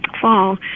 fall